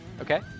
Okay